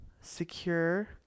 secure